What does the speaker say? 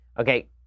okay